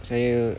saya